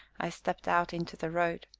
i stepped out into the road,